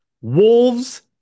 Wolves